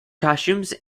costumes